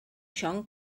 siôn